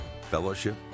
fellowship